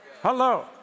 Hello